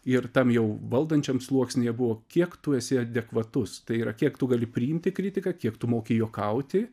ir tam jau valdančiam sluoksnyje buvo kiek tu esi adekvatus tai yra kiek tu gali priimti kritiką kiek tu moki juokauti